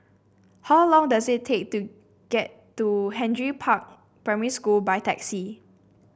how long does it take to get to Henry Park Primary School by taxi